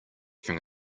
from